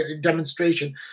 demonstration